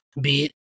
beat